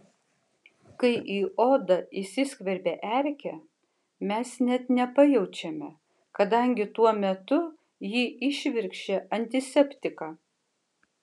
kai į odą įsiskverbia erkė mes net nepajaučiame kadangi tuo metu ji įšvirkščia antiseptiką